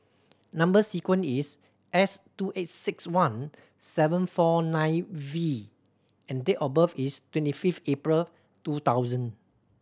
number sequence is S two eight six one seven four nine V and date of birth is twenty fifth April two thousand